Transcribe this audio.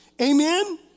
Amen